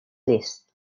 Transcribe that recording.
list